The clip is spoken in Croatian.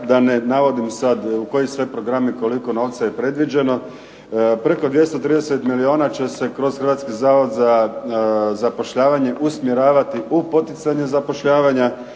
da ne navodim sad koji sve programi, koliko novca je predviđeno. Preko 230 milijuna će se kroz Hrvatski zavod za zapošljavanje usmjeravati u poticanje zapošljavanja.